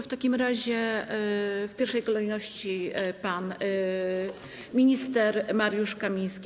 W takim razie w pierwszej kolejności - pan minister Mariusz Kamiński.